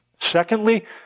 Secondly